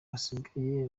basigaye